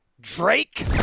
Drake